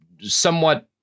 somewhat